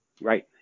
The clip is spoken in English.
right